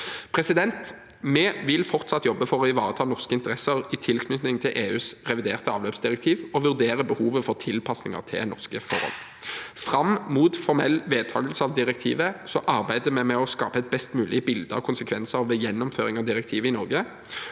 kravene. Vi vil fortsatt jobbe for å ivareta norske interesser i tilknytning til EUs reviderte avløpsdirektiv og vurdere behovet for tilpasninger til norske forhold. Fram mot formell vedtakelse av direktivet arbeider vi med å skape et best mulig bilde av konsekvensene ved gjennomføring av direktivet i Norge.